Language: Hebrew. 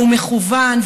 והוא מכוון,